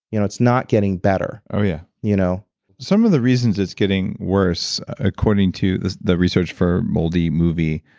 you know it's not getting better oh yeah. you know some of the reasons it's getting worse, according to the the research for moldy movie,